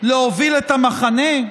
להוביל את המחנה?